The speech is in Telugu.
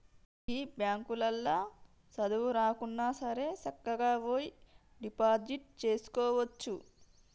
గీ బాంకులల్ల సదువు రాకున్నాసరే సక్కగవోయి డిపాజిట్ జేసుకోవచ్చు